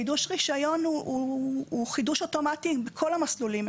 חידוש רישיון הוא חידוש אוטומטי בכל המסלולים,